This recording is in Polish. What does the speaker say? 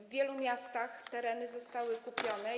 W wielu miastach tereny zostały kupione.